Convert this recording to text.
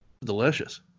delicious